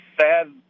sad